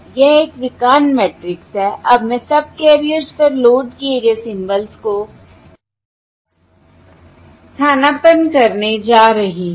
यह एक विकर्ण मैट्रिक्स है अब मैं सबकैरियर्स पर लोड किए गए सिंबल्स को स्थानापन्न करने जा रही हूं